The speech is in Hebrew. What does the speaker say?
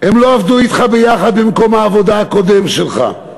הם לא עבדו אתך ביחד במקום העבודה הקודם שלך.